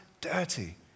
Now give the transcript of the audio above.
dirty